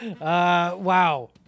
wow